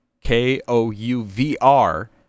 k-o-u-v-r